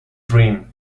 dream